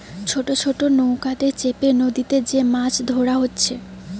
ছোট ছোট নৌকাতে চেপে নদীতে যে মাছ ধোরা হচ্ছে